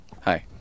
hi